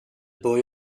boy